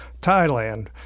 Thailand